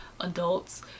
adults